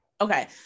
okay